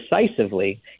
decisively